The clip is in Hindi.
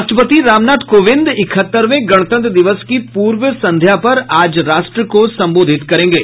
राष्ट्रपति रामनाथ कोविंद इकहत्तरवें गणतंत्र दिवस की पूर्व संध्या पर आज राष्ट्र को संबोधित करेंगे